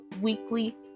weekly